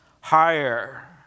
higher